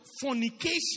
fornication